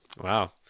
Wow